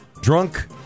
drunk